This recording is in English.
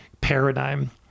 paradigm